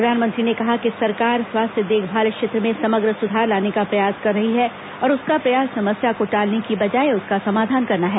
प्रधानमंत्री ने कहा कि सरकार स्वास्थ्य देखभाल क्षेत्र में समग्र सुधार लाने का प्रयास कर रही है और उसका प्रयास समस्या को टालने की बजाय उसका समाधान करना है